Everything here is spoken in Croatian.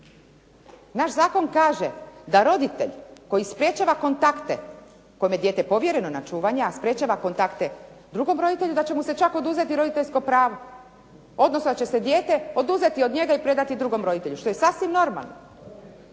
Naš zakon kaže da roditelj koji sprječava kontakte kome je dijete povjereno na čuvanje, a sprječava kontakte drugom roditelju, da će mu se čak oduzeti roditeljsko pravo, odnosno da će se dijete oduzeti od njega i predati drugom roditelju, što je sasvim normalno.